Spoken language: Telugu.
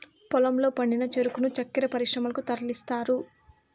పొలంలో పండిన చెరుకును చక్కర పరిశ్రమలకు తరలిస్తారు